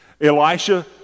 Elisha